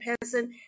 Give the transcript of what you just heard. person